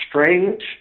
strange